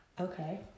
Okay